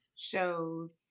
shows